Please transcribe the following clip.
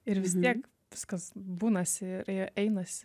ir vis tiek viskas būnasi ir ir einasi